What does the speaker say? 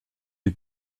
die